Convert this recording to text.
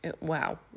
Wow